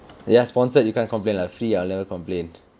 ya sponsored you can't complain lah free ah never complain